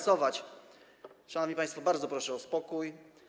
Szanowni państwo, bardzo proszę o spokój.